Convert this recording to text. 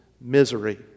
misery